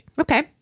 Okay